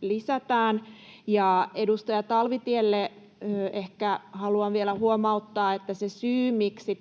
lisätään. Edustaja Talvitielle ehkä haluan vielä huomauttaa, että se, miksi